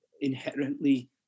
inherently